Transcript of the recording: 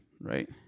Right